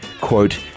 quote